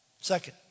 Second